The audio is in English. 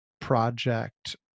Project